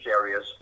areas